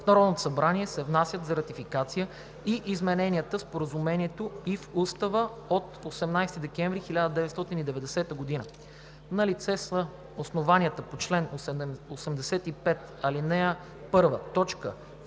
в Народното събрание се внасят за ратификация и измененията в Споразумението и в Устава от 18 декември 1990 г. Налице са основанията по чл. 85, ал. 1,